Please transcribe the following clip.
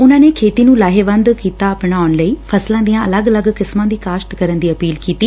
ਉਨਾਂ ਨੇ ਖੇਤੀ ਨੂੰ ਲਾਹੇਵੰਦ ਕਿੱਤਾ ਬਣਾਉਣ ਲਈ ਫਸਲਾਂ ਦੀਆਂ ਅਲੱਗ ਅਲੱਗ ਕਿਸਮਾਂ ਦੀ ਕਾਸ਼ਤ ਕਰਨ ਦੀ ਅਪੀਲ ਕੀਤੀ